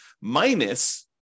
minus